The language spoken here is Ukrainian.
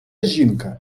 жінка